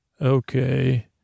okay